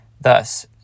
Thus